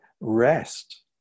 rest